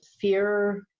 fear